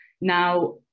Now